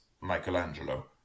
Michelangelo